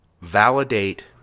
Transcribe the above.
validate